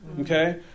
Okay